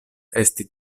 esti